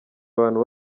abantu